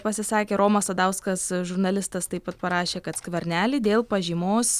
pasisakė romas sadauskas žurnalistas taip pat parašė kad skvernelį dėl pažymos